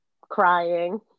crying